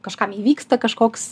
kažkam įvyksta kažkoks